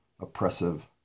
oppressive